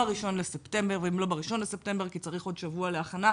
ב-1 לספטמבר ואם לא ב-1 לספטמבר כי צריך עוד שבוע להכנה,